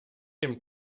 dem